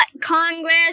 Congress